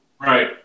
Right